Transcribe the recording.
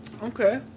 Okay